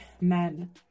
men